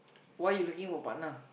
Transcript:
why you looking for partner